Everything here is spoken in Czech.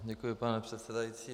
Děkuji, pane předsedající.